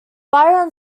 byron